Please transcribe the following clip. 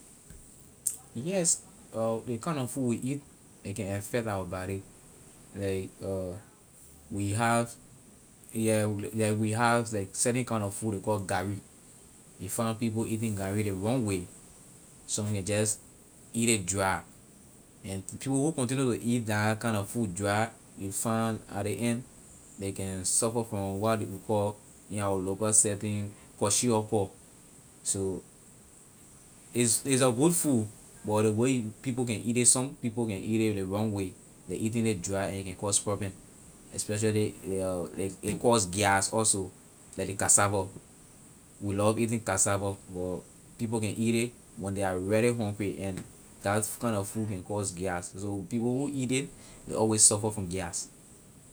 Yes ley kind na food we eat a can affect our body like we have yeah like we have like certain kind na food ley call gari you find people eating gari ley wrong way some can just eat it dry and people who continue to eat la kind na food dry you will find at the end they can suffer from what ley call in our local setting kwashiorkor so it's it's a good food but the way people can eat it some people can eat it ley wrong way ley eating it dry and a can cause problem especially it cause gas also like the cassava we love eating cassava but people can eat it when they are really hungry and that kind na food can cause gas so people who eat they always suffer from gas.